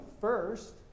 first